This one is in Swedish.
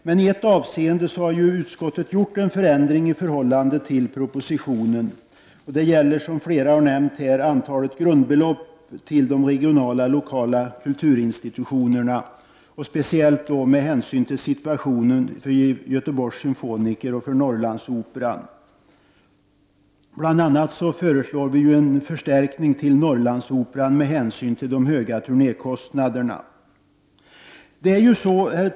I ett avseende har utskottet gjort en förändring i förhållande till budgetpropositionen, och det gäller, som flera har nämnt, antalet grundbelopp till de regionala och lokala kulturinstitutionerna, speciellt med hänsyn till situationen för Göteborgs symfoniker och Norrlandsoperan. Bl.a. föreslår vi en förstärkning till Norrlandsoperan med tanke på de höga turnékostnaderna.